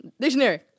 Dictionary